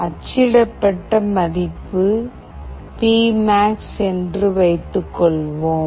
அச்சிடப்பட்ட மதிப்பு P max P max என்று வைத்துக்கொள்வோம்